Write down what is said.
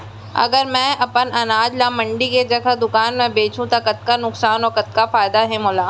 अगर मैं अपन अनाज ला मंडी के जगह दुकान म बेचहूँ त कतका नुकसान अऊ फायदा हे मोला?